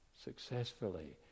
successfully